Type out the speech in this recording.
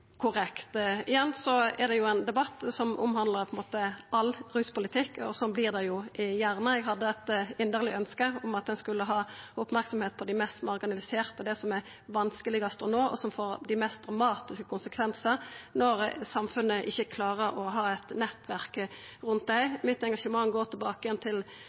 korrekt. Igjen er det ein debatt som handlar om all ruspolitikk, og slik vert det gjerne. Eg hadde eit inderleg ønske om at ein skulle ha merksemda på dei mest marginaliserte, dei som det er vanskelegast å nå, og som får dei mest dramatiske konsekvensane når samfunnet ikkje klarer å ha eit nettverk rundt dei. Mitt engasjement går tilbake til